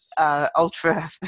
ultra